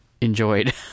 enjoyed